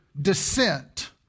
descent